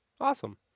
Awesome